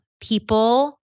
people